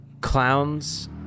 clowns